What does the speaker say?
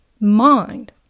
mind